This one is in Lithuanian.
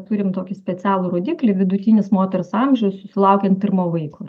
turim tokį specialų rodiklį vidutinis moters amžius susilaukiant pirmo vaiko